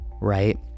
Right